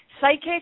psychic